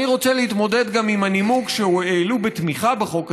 אני רוצה להתמודד גם עם הנימוק שהעלו בתמיכה לחוק הזה,